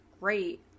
great